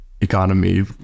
economy